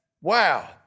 wow